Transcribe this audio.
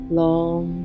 long